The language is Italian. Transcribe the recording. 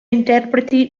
interpreti